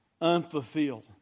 unfulfilled